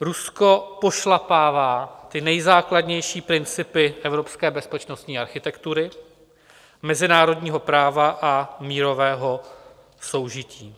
Rusko pošlapává ty nejzákladnější principy evropské bezpečnostní architektury, mezinárodního práva a mírového soužití.